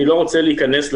אני לא רוצה להיכנס,